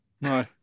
No